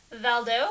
Valdo